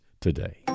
today